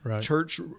church